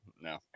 no